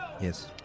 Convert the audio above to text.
Yes